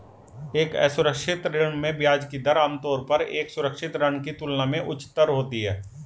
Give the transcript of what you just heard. एक असुरक्षित ऋण में ब्याज की दर आमतौर पर एक सुरक्षित ऋण की तुलना में उच्चतर होती है?